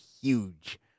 huge